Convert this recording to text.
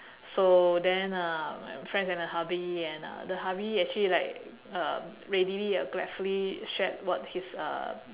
so then uh my friend and her hubby and uh the hubby actually like uh readily or gladfully shared what his uh